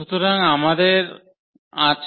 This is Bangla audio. সুতরাং আমাদের আছে